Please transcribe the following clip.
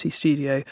studio